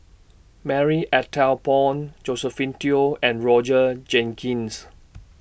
Marie Ethel Bong Josephine Teo and Roger Jenkins